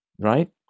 right